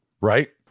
right